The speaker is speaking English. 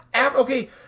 okay